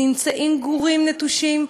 נמצאים גורים נטושים,